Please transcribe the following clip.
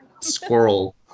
Squirrel